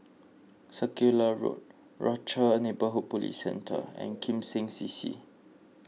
Circular Road Rochor Neighborhood Police Centre and Kim Seng C C